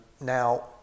now